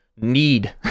need